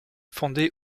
fondé